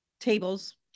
tables